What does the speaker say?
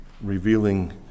Revealing